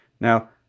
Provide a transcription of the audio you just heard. Now